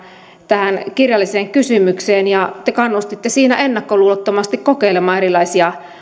tähän kirjalliseen kysymykseen te kannustitte siinä ennakkoluulottomasti kokeilemaan erilaisia